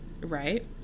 right